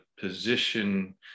position